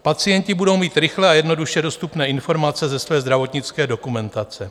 Pacienti budou mít rychle a jednoduše dostupné informace ze své zdravotnické dokumentace.